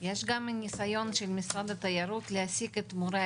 גם ניסיון של משרד התיירות להעסיק את מורי